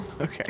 Okay